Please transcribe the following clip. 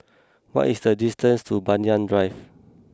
what is the distance to Banyan Drive